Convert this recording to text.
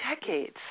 decades